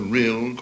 real